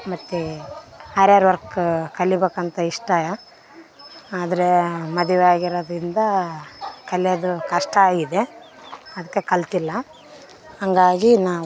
ಮತ್ತು ಅರಾರ್ ವರ್ಕ್ ಕಲಿಬೇಕಂತ ಇಷ್ಟ ಆದರೆ ಮದುವೆ ಆಗಿರೋದ್ರಿಂದ ಕಲಿಯೋದು ಕಷ್ಟ ಆಗಿದೆ ಅದ್ಕೆ ಕಲಿತಿಲ್ಲ ಹಂಗಾಗಿ ನಾವು